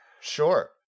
Sure